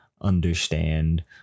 understand